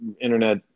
internet